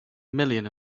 million